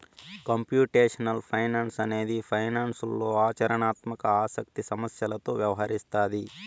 computational finance అనేది ఫైనాన్స్లో ఆచరణాత్మక ఆసక్తి సమస్యలతో వ్యవహరిస్తాది